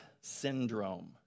syndrome